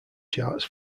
charts